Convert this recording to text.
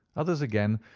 others, again,